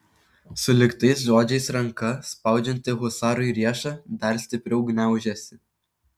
sulig tais žodžiais ranka spaudžianti husarui riešą dar stipriau gniaužėsi